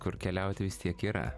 kur keliauti vis tiek yra